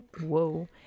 whoa